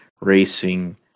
racing